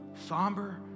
somber